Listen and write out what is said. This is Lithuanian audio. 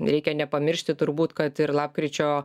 reikia nepamiršti turbūt kad ir lapkričio